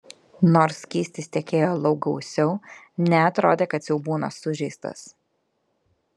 nors skystis tekėjo lauk gausiau neatrodė kad siaubūnas sužeistas